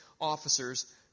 officers